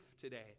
today